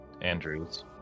Andrews